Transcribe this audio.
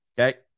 Okay